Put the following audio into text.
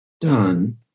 done